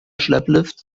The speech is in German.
schlepplift